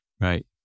Right